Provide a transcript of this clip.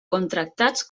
contractats